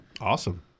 Awesome